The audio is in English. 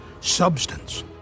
substance